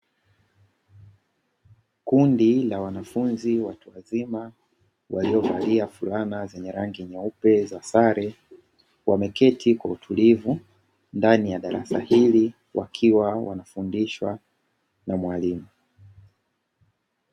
Kundi la wanafunzi watu wazima, waliovalia fulana zenye rangi nyeupe za sare. Wameketi kwa utulivu ndani ya darasa hili, wakiwa wanafundishwa na mwalimu.